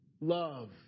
love